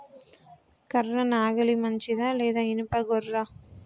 కర్ర నాగలి మంచిదా లేదా? ఇనుప గొర్ర?